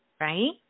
right